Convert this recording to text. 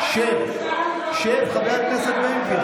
הכול בסדר, הכול בסדר, שב, שב, חבר הכנסת בן גביר.